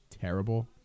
terrible